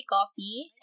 coffee